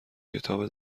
کتاب